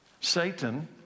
Satan